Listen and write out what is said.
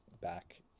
back